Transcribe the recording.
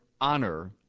honor